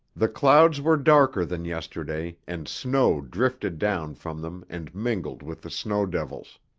the clouds were darker than yesterday and snow drifted down from them and mingled with the snow devils.